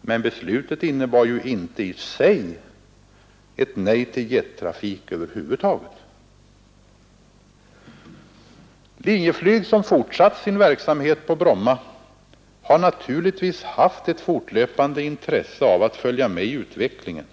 Men beslutet innebar inte i sig ett nej till jettrafik över huvud taget. Linjeflyg, som fortsatt sin verksamhet på Bromma, har naturligtvis haft ett fortlöpande intresse av att följa med i utvecklingen